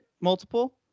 multiple